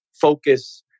focus